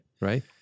right